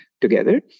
together